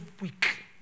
weak